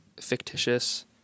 fictitious